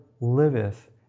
Liveth